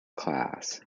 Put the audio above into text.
class